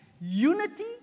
unity